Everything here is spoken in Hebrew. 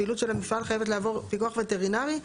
הפעילות של המפעל חייבת לעבור פיקוח וטרינרי.